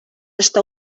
està